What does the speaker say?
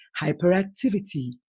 hyperactivity